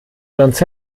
macht